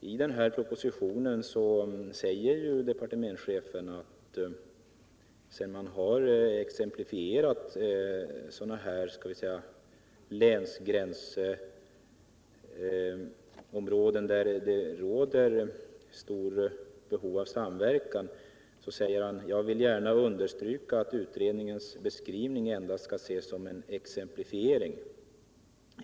I den här åberopade propositionen säger departementschefen efter en där angiven exemplifiering av länsgränsområden, där det råder stort behov av samverkan: ”Jag vill gärna understryka att utredningens beskrivning endast skall ses som en exemplifiering.